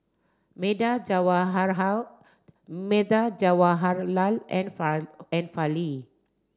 Medha Medha Jawaharlal and and Fali